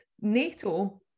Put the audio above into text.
NATO